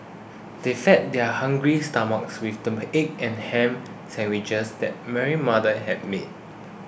they fed their hungry stomachs with the egg and ham sandwiches that Mary's mother had made